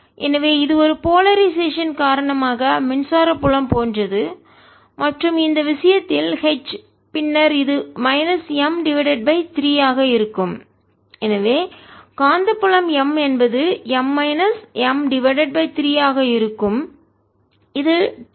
எனவே இது ஒரு போலரைசேஷன்துருவமுனைப்பு காரணமாக மின்சார புலம் போன்றது மற்றும் இந்த விஷயத்தில் H பின்னர் இது மைனஸ் M டிவைடட் பை 3 ஆக இருக்கும் எனவே காந்தப்புலம் M என்பது M minus M divided by 3 ஆக இருக்கும் இது 2M டிவைடட் பை 3 ஆக இருக்கும்